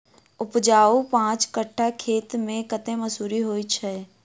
उपजाउ पांच कट्ठा खेत मे कतेक मसूरी होइ छै?